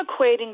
equating